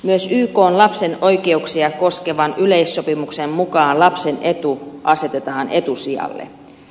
myös ykn lapsen oikeuksia koskevan yleissopimuksen mukaan lapsen etu asetetaan etusijalle